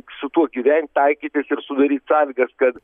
su tuo gyvent taikytis ir sudaryt sąlygas kad